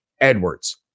Edwards